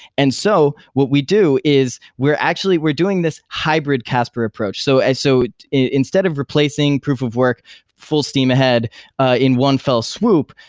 and so what we do is we are actually we're doing this hybrid casper approach. so and so instead of replacing proof of work full steam ahead in one fell swoop,